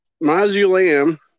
mausoleum